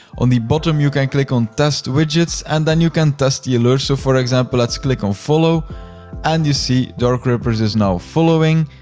on the bottom, you can click on test widgets and then you can test the alerts. so for example, let's click on follow and you see darkripperz is now following.